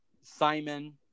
Simon